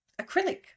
acrylic